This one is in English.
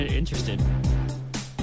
interested